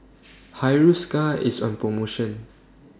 Hiruscar IS on promotion